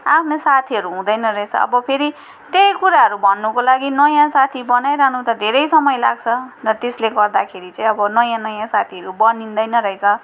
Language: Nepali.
आफ्नो साथीहरू हुँदैन रहेछ अब फेरि त्यही कुराहरू भन्नुको लागि नयाँ साथी बनाइरहनु त धेरै समय लाग्छ अन्त त्यस्ले गर्दाखेरि चाहिँ अब नयाँ नयाँ साथीहरू बनिँदैन रहेछ